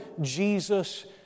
Jesus